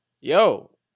yo